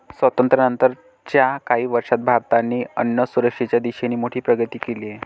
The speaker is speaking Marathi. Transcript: स्वातंत्र्यानंतर च्या काही वर्षांत भारताने अन्नसुरक्षेच्या दिशेने मोठी प्रगती केली आहे